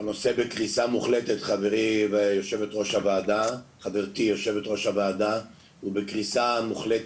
חברתי, יושבת-ראש הוועדה, הנושא בקריסה מוחלטת.